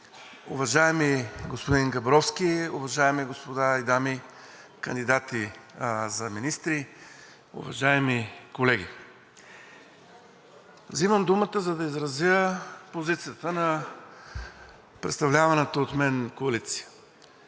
уважаеми господин Габровски, уважаеми господа и дами кандидати за министри, уважаеми колеги! Вземам думата, за да изразя позицията на представляваната от мен коалиция.